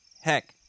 Heck